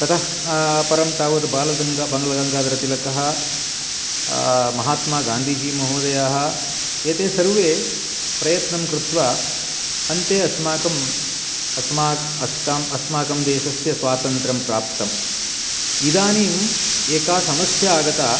ततः परं तावत् बङ्ग्लगङ्गाधरतिलकः महात्मागान्धीजी महोदयः एते सर्वे प्रयत्नं कृत्वा अन्ते अस्माकम् अस्माकं देशस्य स्वातन्त्र्यं प्राप्तम् इदानीम् एका समस्या आगता